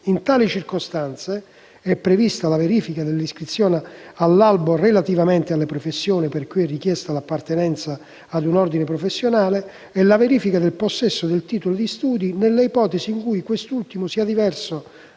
In tali circostanze è prevista la verifica dell'iscrizione all'albo relativamente alle professioni per cui è richiesta l'appartenenza a un ordine professionale e la verifica del possesso del titolo di studio nelle ipotesi in cui quest'ultimo sia diverso